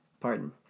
Pardon